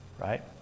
right